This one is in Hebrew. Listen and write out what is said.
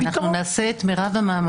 אנחנו נעשה את מרב המאמצים,